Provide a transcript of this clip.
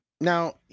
now